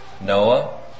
Noah